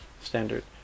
standard